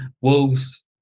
Wolves